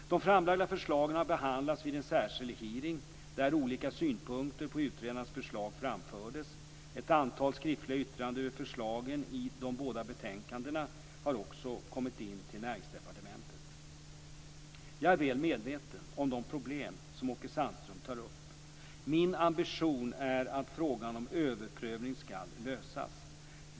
De framlagda förslagen har behandlats vid en särskild hearing, där olika synpunkter på utredarnas förslag framfördes. Ett antal skriftliga yttranden över förslagen i de båda betänkandena har också kommit in till Näringsdepartementet. Jag är väl medveten om de problem som Åke Sandström tar upp. Min ambition är att frågan om överprövning skall lösas.